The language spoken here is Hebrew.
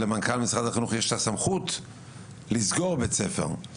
למנכ"ל משרד החינוך יש את הסמכות לסגור בית ספר.